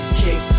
kick